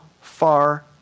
far